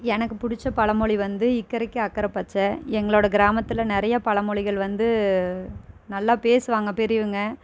எனக்கு பிடிச்ச பழமொழி வந்து இக்கரைக்கு அக்கரை பச்சை எங்களோடய கிராமத்தில் நிறையா பழமொழிகள் வந்து நல்லா பேசுவாங்க பெரியவங்கள்